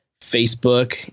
Facebook